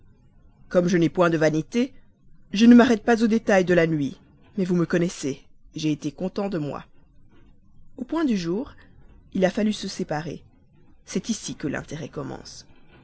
comme je n'ai point de vanité je ne m'arrête pas aux détails de la nuit mais vous me connaissez j'ai été content de moi au point du jour il a fallu se séparer c'est ici que l'intérêt commence